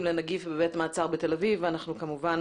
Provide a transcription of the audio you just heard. לנגיף בבית המעצר בתל אביב ואנחנו כמובן